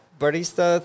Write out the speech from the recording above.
barista